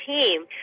team